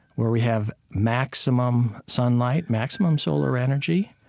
where we have maximum sunlight, maximum solar energy.